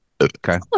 Okay